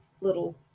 little